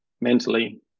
mentally